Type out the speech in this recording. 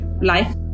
Life